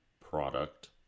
product